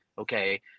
Okay